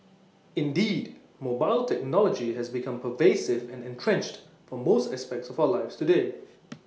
indeed mobile technology has become pervasive and entrenched for most aspects of our lives today